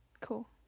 Cool